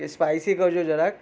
એ spicy કરજો જરાક